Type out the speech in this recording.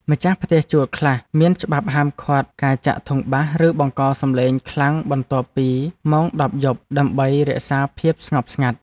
ម្ចាស់ផ្ទះជួលខ្លះមានច្បាប់ហាមឃាត់ការចាក់ធុងបាសឬបង្កសំឡេងខ្លាំងបន្ទាប់ពីម៉ោងដប់យប់ដើម្បីរក្សាភាពស្ងប់ស្ងាត់។